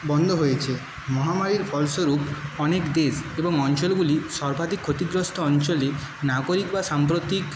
বন্ধ হয়েছে মহামারীর ফল স্বরূপ অনেক দেশ এবং অঞ্চলগুলি সর্বাধিক ক্ষতিগ্রস্থ অঞ্চলে নাগরিক বা সাম্প্রতিক